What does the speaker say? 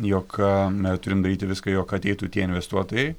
jog a turim daryti viską jog ateitų tie investuotojai